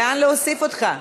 לאן להוסיף אותך?